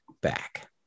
back